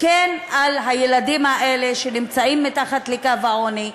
על הילדים האלה שנמצאים מתחת לקו העוני,